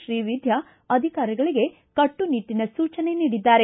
ಶ್ರೀವಿದ್ಯಾ ಅಧಿಕಾರಿಗಳಿಗೆ ಕಟ್ಟುನಿಟ್ಟಿನ ಸೂಚನೆ ನೀಡಿದ್ದಾರೆ